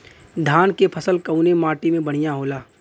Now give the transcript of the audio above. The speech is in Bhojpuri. धान क फसल कवने माटी में बढ़ियां होला?